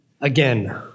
again